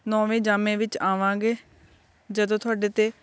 ਨੌਵੇਂ ਜਾਮੇ ਵਿੱਚ ਆਵਾਂਗੇ ਜਦੋਂ ਤੁਹਾਡੇ 'ਤੇ